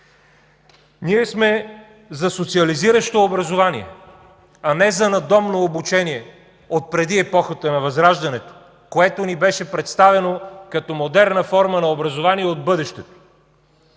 Ние сме за социализиращо образование, а не за надомно обучение отпреди епохата на Възраждането, което ни беше представено като модерна форма на образование от бъдещето.